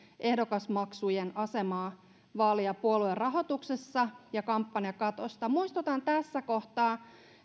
ehdokasmaksujen asemaa vaali ja puoluerahoituksessa ja kampanjakatosta muistutan tässä kohtaa